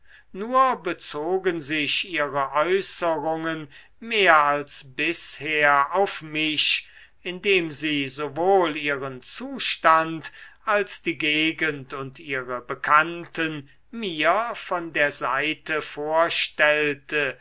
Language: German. nur bezogen sich ihre äußerungen mehr als bisher auf mich indem sie sowohl ihren zustand als die gegend und ihre bekannten mir von der seite vorstellte